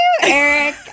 Eric